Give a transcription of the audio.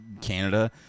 Canada